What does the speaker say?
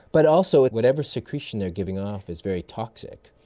but also whatever secretion they're giving off is very toxic,